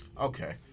Okay